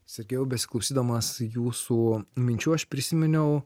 sergėjau besiklausydamas jūsų minčių aš prisiminiau